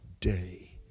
day